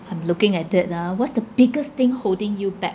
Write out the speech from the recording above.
I'm looking at it ah what's the biggest thing holding you back